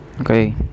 Okay